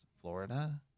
Florida